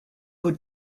who